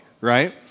right